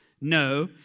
No